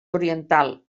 oriental